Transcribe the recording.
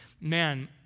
man